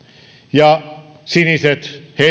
ja sinisten